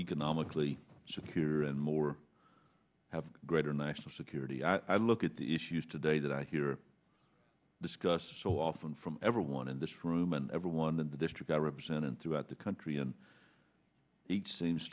economically secure and more have greater national security i look at the issues today that i hear discussed so often from everyone in this room and everyone in the district i represent and throughout the country and it seems